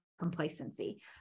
complacency